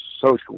social